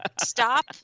stop